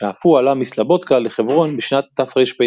שאף הוא עלה מסלובודקה לחברון בשנת תרפ"ד.